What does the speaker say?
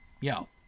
yo